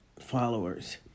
followers